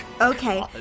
Okay